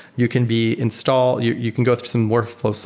you can be install you you can go through some workflow, so